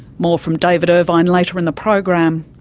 more from david irvine later in the program.